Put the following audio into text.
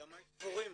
ימיי ספורים.